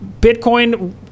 Bitcoin